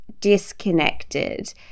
disconnected